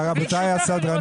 (בהמשך הדיון